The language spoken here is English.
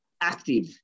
active